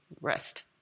rest